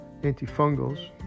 Antifungals